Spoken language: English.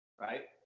right